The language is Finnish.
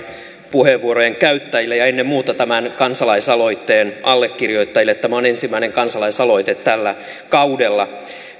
puheenvuorojen käyttäjille ja ennen muuta tämän kansalaisaloitteen allekirjoittajille tämä on ensimmäinen kansalaisaloite tällä kaudella